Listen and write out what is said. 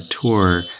tour